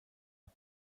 att